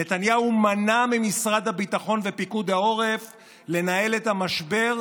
נתניהו מנע ממשרד הביטחון ומפיקוד העורף לנהל את המשבר,